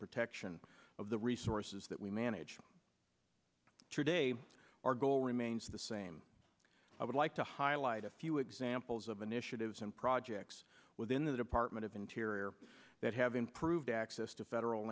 protection of the resources that we manage today our goal remains the same i would like to highlight a few examples of initiatives and projects within the department of interior that have improved access to federal